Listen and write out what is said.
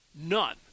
None